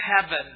heaven